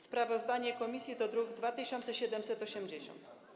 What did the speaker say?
Sprawozdanie komisji to druk nr 2780.